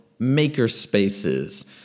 makerspaces